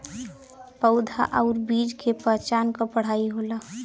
पउधा आउर बीज के पहचान क पढ़ाई होला